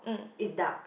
it's dark